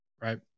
right